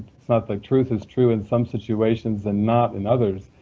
like truth is true in some situations and not in others.